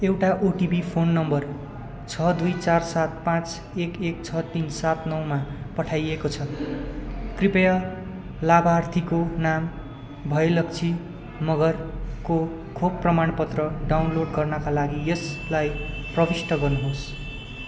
एउटा OTP phone number छ दुई चार सात पाँच एक एक छ तिन सात नौमा पठाइएको छ कृपया लाभार्थीको नाम भयलक्षी मगरको खोप प्रमाण पत्र डाउनलोड गर्नाका लागि यसलाई प्रविष्ट गर्नु होस्